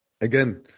again